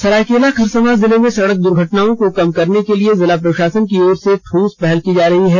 सरायकेला खरसांवा जिले में सड़क दुर्घटनाओं को कम करने के लिए जिला प्रशासन की ओर से ठोस पहल की जा रही है